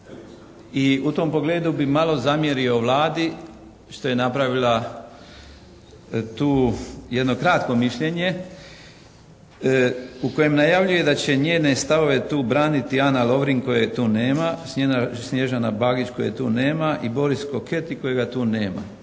i u tom pogledu bi malo zamjerio Vladi što je napravila tau jedno kratko mišljenje u kojem najavljuje da će njene stavove braniti Ana Lovrin koje tu nema, Snježana Bagić koje tu nema i Boris Koketi kojega tu nema.